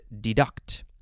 deduct